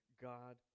God